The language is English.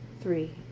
Three